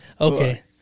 Okay